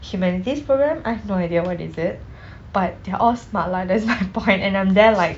humanities program I've no idea what is it but they are all smart lah that's my point and I'm there like